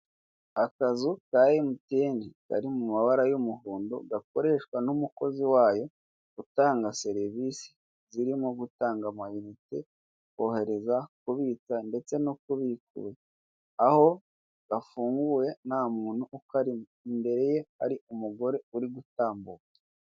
Akazu ka MTN kari mu mabara y'umuhonda gakoreshwa n'umukozi wayo utanga serivisi zirimo gutanga amayinite, kohereza, kubitsa ndetse no kubikura aho gafunguye nta muntu ukarimo, imbere hari umugore uri gutambuka.